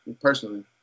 personally